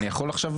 אני יכול עכשיו?